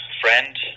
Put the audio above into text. friend